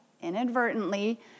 inadvertently